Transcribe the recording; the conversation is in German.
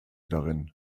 darin